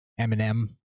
Eminem